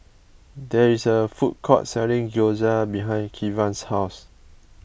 there is a food court selling Gyoza behind Kevan's house